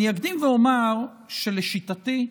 אני אקדים ואומר שלשיטתי,